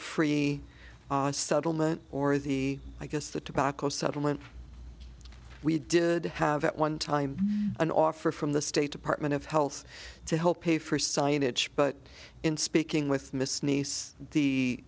free settlement or the i guess the tobacco settlement we did have at one time an offer from the state department of health to help pay for signage but in speaking with miss niece the